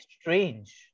strange